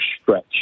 stretch